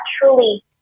truly